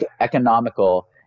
economical